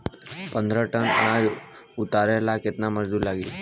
पन्द्रह टन अनाज उतारे ला केतना मजदूर लागी?